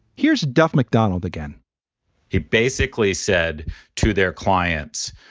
here's duff mcdonald again he basically said to their clients,